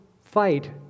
fight